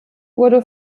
wurde